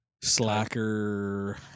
Slacker